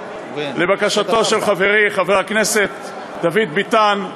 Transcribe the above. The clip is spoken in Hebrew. לבקשתו של חברי חבר הכנסת דוד ביטן,